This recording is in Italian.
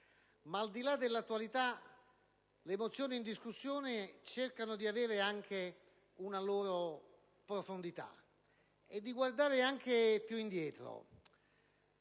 Ma al di là dell'attualità, le mozioni in discussione cercano di avere una loro profondità e di guardare anche più indietro.